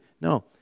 No